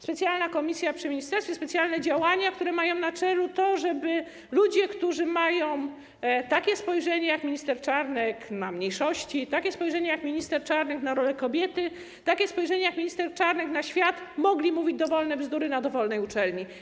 Specjalna komisja przy ministerstwie, specjalne działania, które mają na celu to, żeby ludzie, którzy mają takie spojrzenie jak minister Czarnek na mniejszości, takie spojrzenie jak minister Czarnek na rolę kobiety, takie spojrzenie jak minister Czarnek na świat, mogli mówić dowolne bzdury na dowolnej uczelni.